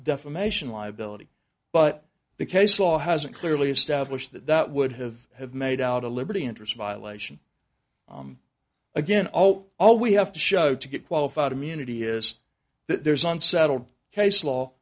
defamation liability but the case law hasn't clearly established that that would have have made out a liberty interest violation again although all we have to show to get qualified immunity is that there's an unsettled case law